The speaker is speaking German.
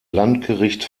landgericht